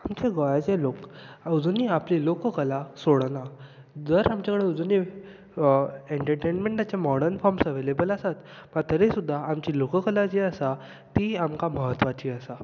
आमचे गोंयाचे लोक अजुनूय आपली लोक कला सोडना जर आमचें कडे अजुनी एंटरटेनमेंटाचे मोर्डन फोर्म्स अवेलेबल आसात वा तरी सुद्दां आमची लोक कला जी आसा ती आमकां म्हत्वाची आसा